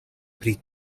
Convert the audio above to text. pri